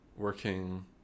working